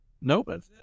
Nope